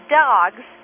dogs